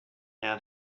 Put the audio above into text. out